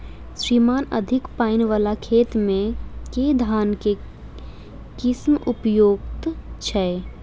श्रीमान अधिक पानि वला खेत मे केँ धान केँ किसिम उपयुक्त छैय?